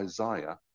Isaiah